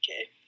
okay